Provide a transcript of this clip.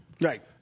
Right